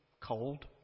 cold